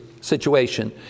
situation